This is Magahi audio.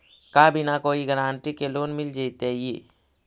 का बिना कोई गारंटी के लोन मिल जीईतै?